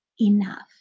enough